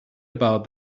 about